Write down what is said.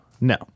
No